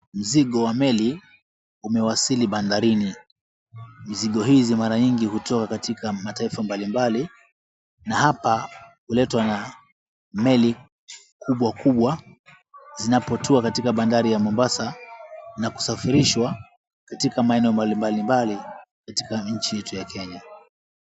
Mzigo wa meli, umewasili bandarini. Mzigo hizi mara nyingi hutoka katika mataifa mbali mbali na hapa, huletwa na meli kubwa kubwa. Zinapotua katika bandari ya Mombasa na kusafirishwa katika maeneo mbali mbali katika nchi yetu ya Kenya.